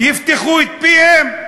מופע סטנד-אפ היום?